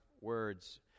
words